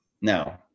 No